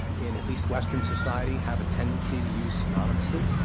in at least western society, have a tendency to use synonymously.